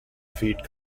feed